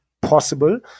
possible